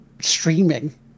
streaming